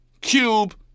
Cube